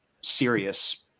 serious